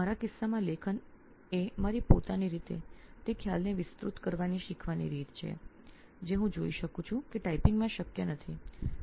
મારા કિસ્સામાં લેખન એ શીખવાની રીત છે તે ખ્યાલને મારી પોતાની રીતે વિસ્તૃત કરવો જે ટાઇપિંગ માં શક્ય નથી તેવું હું જોઉં છું